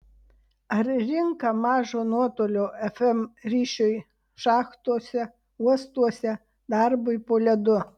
ar rinka mažo nuotolio fm ryšiui šachtose uostuose darbui po ledu